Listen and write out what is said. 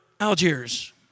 Algiers